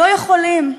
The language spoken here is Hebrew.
לא יכולים?